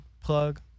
plug